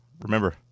Remember